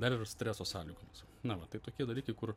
dar ir streso sąlygomis na va tai tokie dalykai kur